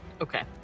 Okay